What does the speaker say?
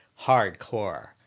hardcore